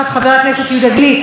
חבר הכנסת יהודה גליק,